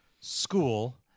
school